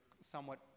somewhat